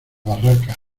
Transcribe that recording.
barracas